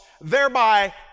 thereby